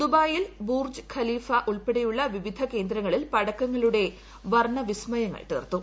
ദുബ്ബായിയിൽ Burj Khalifa ഉൾപ്പെടെയുള്ള വിവിധ കേന്ദ്രങ്ങളിൽ ് പ്ട്ക്കങ്ങളുടെ വർണ്ണ വിസ്മയങ്ങൾ തീർത്തു